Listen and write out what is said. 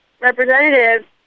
representative